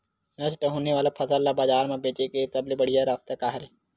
नष्ट होने वाला फसल ला बाजार मा बेचे के सबले बढ़िया रास्ता का हरे?